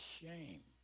shame